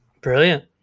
brilliant